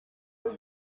hill